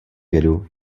jedu